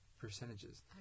percentages